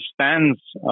stands